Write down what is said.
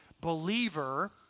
believer